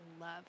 love